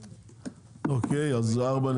ארבע,